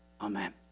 Amen